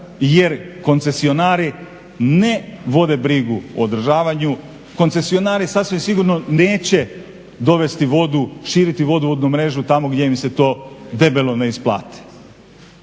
jer koncesionari ne vode brigu o održavanju. Koncesionari sasvim sigurno neće dovesti vodu, širiti vodovodnu mrežu tamo gdje im se to debelo ne isplati.